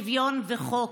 שוויון וחוק.